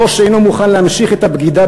דור שאינו מוכן להמשיך את הבגידה